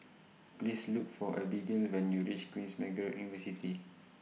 Please Look For Abigail when YOU REACH Queen's Margaret University